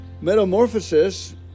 metamorphosis